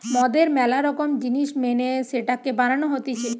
মদের ম্যালা রকম জিনিস মেনে সেটাকে বানানো হতিছে